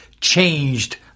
changed